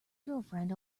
girlfriend